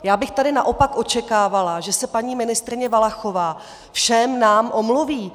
Já bych tady naopak očekávala, že se paní ministryně Valachová všem nám omluví.